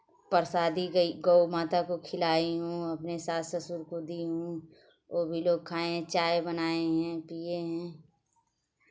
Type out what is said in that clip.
परसादी गई गौ माता को खिलाई हूँ अपने सास ससुर को दी हूँ ओ भी लोग खाए चाय बनाई है दिए हैं